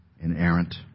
inerrant